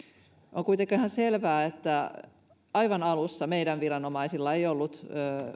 on kuitenkin ihan selvää että aivan alussa meidän viranomaisillamme ei ollut